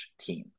team